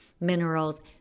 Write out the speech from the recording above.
minerals